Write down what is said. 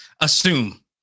assume